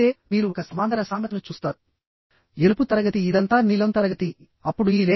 కాబట్టి gross area b x t అవుతుంది